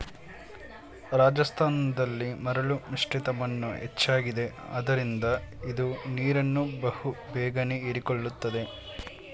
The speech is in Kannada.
ರಾಜಸ್ಥಾನದಲ್ಲಿ ಮರಳು ಮಿಶ್ರಿತ ಮಣ್ಣು ಹೆಚ್ಚಾಗಿದೆ ಆದ್ದರಿಂದ ಇದು ನೀರನ್ನು ಬಹು ಬೇಗನೆ ಹೀರಿಕೊಳ್ಳುತ್ತದೆ